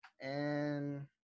and-